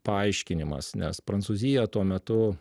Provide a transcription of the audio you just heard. paaiškinimas nes prancūzija tuo metu